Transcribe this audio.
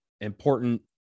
important